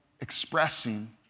expressing